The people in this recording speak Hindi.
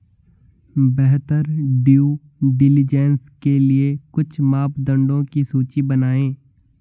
बेहतर ड्यू डिलिजेंस के लिए कुछ मापदंडों की सूची बनाएं?